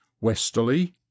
Westerly